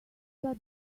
are